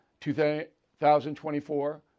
2024